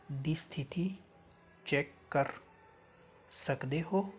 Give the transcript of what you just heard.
ਦੀ ਸਥਿਤੀ ਚੈਕ ਕਰ ਸਕਦੇ ਹੋ